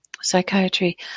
psychiatry